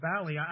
valley